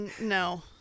No